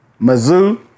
Mizzou